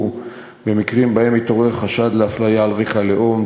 במקרים שבהם מתעורר חשד לאפליה על רקע לאום,